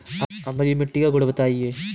अम्लीय मिट्टी का गुण बताइये